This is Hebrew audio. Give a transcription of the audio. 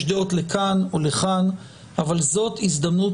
יש דעות לכאן ולכאן אבל זאת הזדמנות